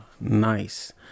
Nice